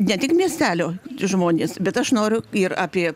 ne tik miestelio žmonės bet aš noriu ir apie